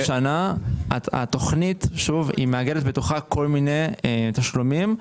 התוכנית מאגדת בתוכה כל מיני תשלומים,